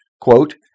quote